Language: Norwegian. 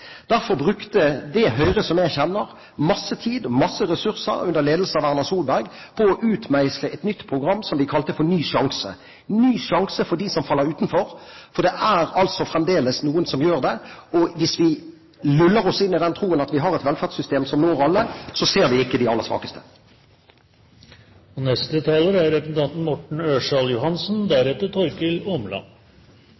Derfor brukte det Høyre som jeg kjenner, masse tid og masse ressurser under ledelse av Erna Solberg på å utmeisle et nytt program som vi kalte for «ny sjanse» – en ny sjanse for dem som faller utenfor, for det er fremdeles noen som gjør det. Og hvis vi luller oss inn i den troen at vi har et velferdssystem som når alle, ser vi ikke de aller svakeste. Norsk politi og